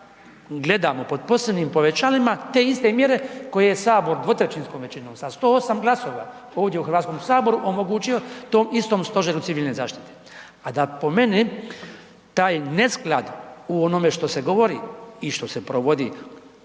gledamo pod posebnim povećalima, te iste mjere koje je sabor dvotrećinskom većinom sa 108 glasova ovdje u HS omogućio tom istom Stožeru civilne zaštite. A da po meni taj nesklad o onome što se govori i što se provodi, a